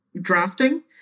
drafting